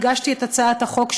הגשתי את הצעת החוק,